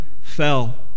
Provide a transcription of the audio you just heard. fell